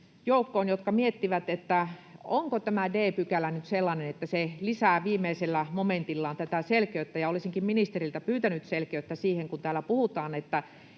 jotka miettivät, onko tämä d-pykälä nyt sellainen, että se lisää viimeisellä momentillaan tätä selkeyttä. Olisinkin ministeriltä pyytänyt selkeyttä siihen, kun täällä puhutaan, että